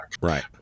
right